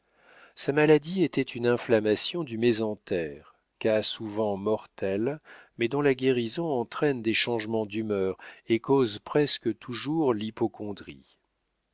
sa maladie était une inflammation du mésentère cas souvent mortel mais dont la guérison entraîne des changements d'humeur et cause presque toujours l'hypocondrie